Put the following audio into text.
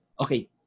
okay